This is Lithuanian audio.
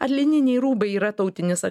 ar lininiai rūbai yra tautinis